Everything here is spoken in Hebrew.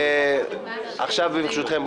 ברשותכם,